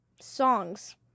songs